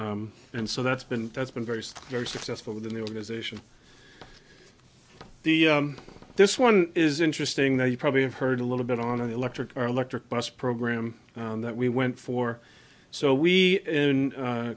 and so that's been that's been very very successful within the organization the this one is interesting though you probably have heard a little bit on an electric car electric bus program that we went for so we in